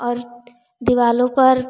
और दीवारों पर